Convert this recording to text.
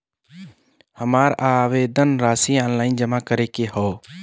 हमार आवेदन राशि ऑनलाइन जमा करे के हौ?